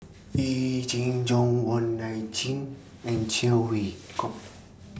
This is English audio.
Yee Jenn Jong Wong Nai Chin and Cheng Wai Keung